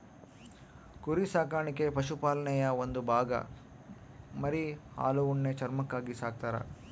ಕುರಿ ಸಾಕಾಣಿಕೆ ಪಶುಪಾಲನೆಯ ಒಂದು ಭಾಗ ಮರಿ ಹಾಲು ಉಣ್ಣೆ ಚರ್ಮಕ್ಕಾಗಿ ಸಾಕ್ತರ